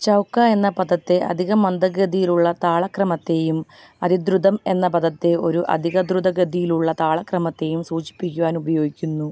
ചൗക്ക എന്ന പദത്തെ അധിക മന്ദഗതിയിലുള്ള താള ക്രമത്തെയും അതിദ്രുതം എന്ന പദത്തെ ഒരു അധിക ദ്രുത ഗതിയിലുള്ള താള ക്രമത്തെയും സൂചിപ്പിക്കുവാൻ ഉപയോഗിക്കുന്നു